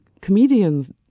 comedians